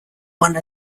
one